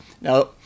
Now